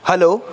hello